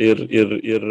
ir ir ir